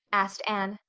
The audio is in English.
asked anne.